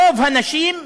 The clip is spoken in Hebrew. רוב הנשים,